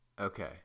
Okay